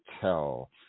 tell